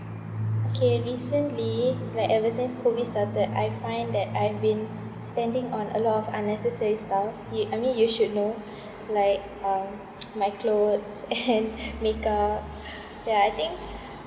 okay recently like ever since COVID started I find that I've been spending on a lot of unnecessary stuff you I mean you should know like um my clothes and makeup ya I think